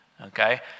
okay